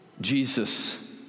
Jesus